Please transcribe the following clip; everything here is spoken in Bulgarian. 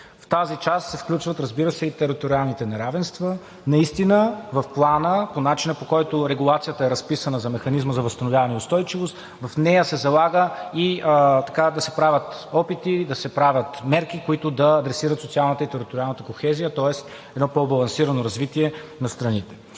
В тази част се включват, разбира се, и териториалните неравенства. Наистина в Плана по начина, по който е разписана регулацията за Механизма за възстановяване и устойчивост, в нея се залага да се правят опити, да се правят мерки, които да адресират социалната и териториалната кохезия, тоест едно по-балансирано развитие на страните.